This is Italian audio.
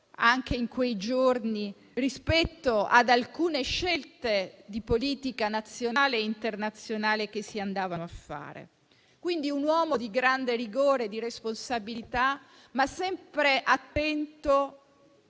bene - in quei giorni, rispetto ad alcune scelte di politica nazionale e internazionale che si andavano a compiere. Fu quindi un uomo di grande rigore, di responsabilità, ma sempre attento